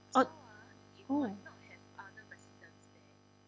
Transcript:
oh oh